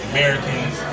Americans